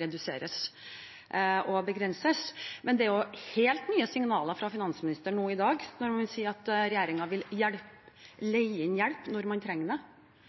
reduseres og begrenses. Men det er jo helt nye signaler fra finansministeren i dag når han sier at regjeringen vil leie inn hjelp når man trenger det.